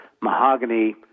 mahogany